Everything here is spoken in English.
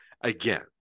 again